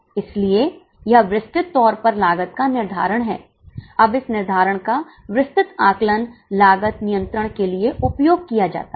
इसलिए यह विस्तृत तौर पर लागत का निर्धारण है अब इस निर्धारण का विस्तृत आकलन लागत नियंत्रण के लिए उपयोग किया जाता है